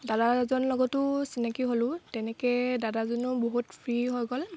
দাদাজনৰ লগতো চিনাকি হ'লোঁ তেনেকৈ দাদাজনেও বহুত ফ্ৰী হৈ গ'ল